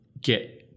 get